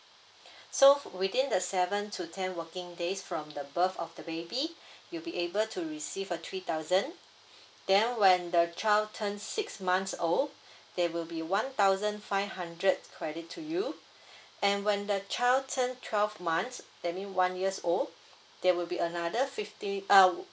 so within the seven to ten working days from the birth of the baby you'll be able to receive a three thousand then when the child turned six months old there will be one thousand five hundred credit to you and when the child turned twelve months that mean one years old there will be another fifty uh